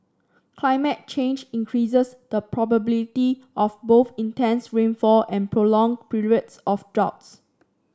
climate change increases the probability of both intense rainfall and prolonged periods of droughts